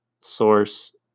source